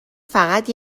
فقط